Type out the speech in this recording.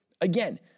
again